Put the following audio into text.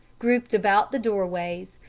grouped about the doorways,